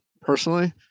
personally